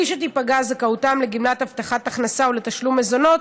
שתיפגע זכאותם לגמלת הבטחת הכנסה או לתשלום מזונות,